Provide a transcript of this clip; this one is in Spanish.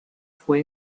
fue